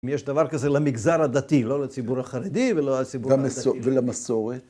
יש דבר כזה למגזר הדתי, לא לציבור החרדי, ולא לציבור הדתי. ולמסורת.